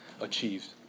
achieved